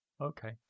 Okay